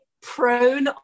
prone